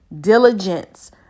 diligence